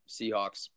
Seahawks